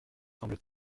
semble